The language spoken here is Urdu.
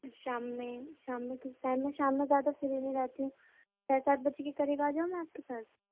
شام میں شام میں کس ٹائم میں شام میں زیادہ فری نہیں رہتی ہوں ساڑھے سات بجے کے قریب آ جاؤں میں آپ کے پاس